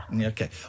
Okay